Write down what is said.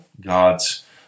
God's